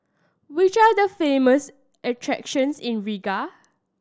which are the famous attractions in Riga